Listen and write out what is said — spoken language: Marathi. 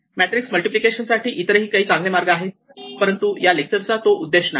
मॅट्रिक्स मल्टिप्लिकेशन साठी इतरही काही चांगले मार्ग आहेत परंतु या लेक्चरचा तो उद्देश नाही